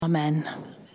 Amen